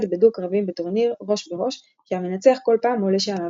בדו קרבים בטורניר ראש בראש שהמנצח כל פעם עולה שלב,